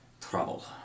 trouble